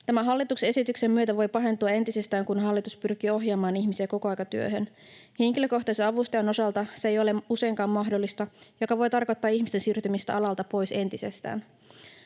hallituksen esityksen myötä pahentua entisestään, kun hallitus pyrkii ohjaamaan ihmisiä kokoaikatyöhön. Henkilökohtaisen avustajan osalta se ei ole useinkaan mahdollista, mikä voi tarkoittaa ihmisten siirtymistä alalta pois entisestään.